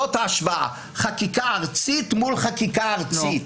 זאת ההשוואה חקיקה ארצית מול חקיקה ארצית.